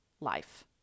life